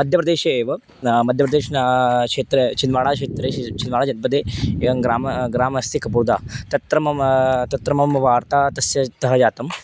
मध्यप्रदेशे एव मध्यप्रदेशः शेत्रे चिन्वाडाक्षेत्रे चिन्वाडाजनपदे ग्रामं ग्रामम् अस्ति कपोदा तत्र मम तत्र मम वार्ता तस्य तः जाता